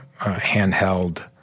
handheld